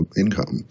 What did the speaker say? income